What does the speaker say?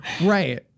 Right